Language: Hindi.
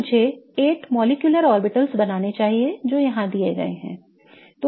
तो मुझे 8 molecular orbitals बनानी चाहिए जो यहां दिए गए हैं